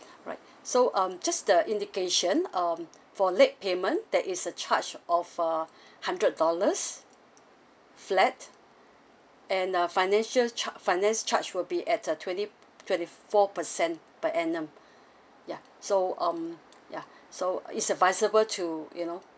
right so um just the indication um for late payment there is a charge of a hundred dollars flat and a financial charge finance charge will be at a twenty twenty four percent per annum ya so um ya so it's advisable to you know